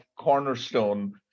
Cornerstone